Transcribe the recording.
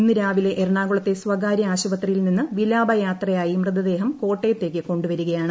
ഇന്ന് രാവിലെ എറണാകുളത്തെ സ്വകാര്യ ആശുപ്പത്രിയിൽ നിന്നു വിലാപയാത്രയായി മൃതദേഹം ക്യോട്ടയത്തേക്ക് കൊണ്ടു വരികയാണ്